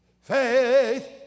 Faith